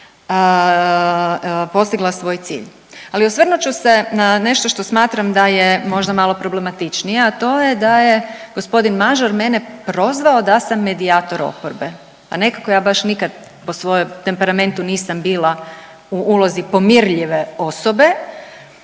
postigla svoj cilj. Ali, osvrnut ću se na nešto što smatram da je možda malo problematičnije, a to je da je g. Mažar mene prozvao da sam medijator oporbe. Pa nekako ja baš nikad po svom temperamentu nisam bila u ulozi pomirljive osobe,